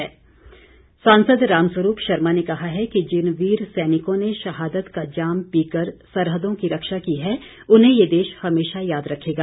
राम स्वरूप सांसद रामस्वरूप शर्मा ने कहा है कि जिन वीर सैनिकों ने शहादत का जाम पीकर सरहदों की रक्षा की है उन्हें ये देश हमेशा याद रखेगा